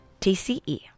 TCE